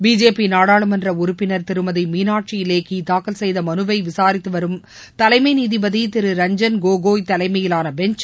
BJP நாடாளுமன்ற உறுப்பினர் திருமதி மீனாட்சி லேக்கி தாக்கல் செய்த மனுவை விசாரித்து வரும் தலைமை நீதிபதி திரு ரஞ்சன் கோகோய் தலைமையிலான பெஞ்ச்